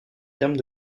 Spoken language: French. termes